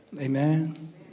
Amen